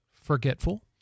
forgetful